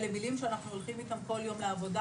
אלה מילים שאנחנו הולכים איתן כל יום לעבודה,